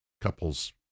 couples